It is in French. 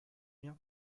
bien